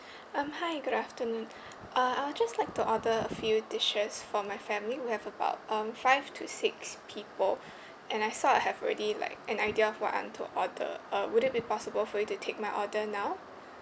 um hi good afternoon uh I will just like to order a few dishes for my family we have about um five to six people and I sort of have already like an idea of what I want to order uh would it be possible for you to take my order now